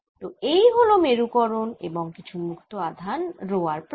তো এই হল মেরুকরণ এবং কিছু মুক্ত আধান রো r প্রাইম